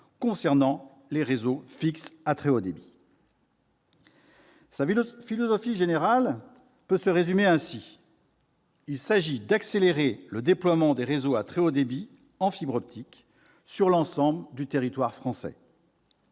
concernant les réseaux fixes à très haut débit. Sa philosophie générale peut se résumer ainsi : il s'agit d'accélérer le déploiement des réseaux à très haut débit en fibre optique sur l'ensemble du territoire français.